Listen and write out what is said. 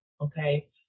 Okay